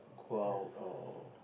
go out or